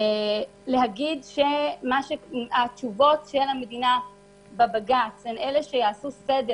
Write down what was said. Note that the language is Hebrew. להגיד שהתשובות של המדינה בבג"ץ הן אלה שיעשו סדר